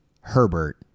Herbert